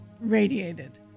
radiated